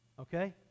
Okay